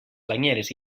banyeres